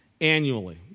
annually